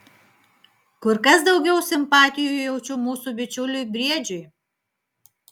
kur kas daugiau simpatijų jaučiu mūsų bičiuliui briedžiui